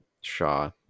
shaw